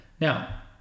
Now